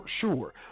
Sure